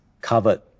covered